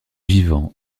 vivants